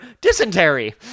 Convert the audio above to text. dysentery